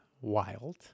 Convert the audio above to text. wild